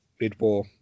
mid-war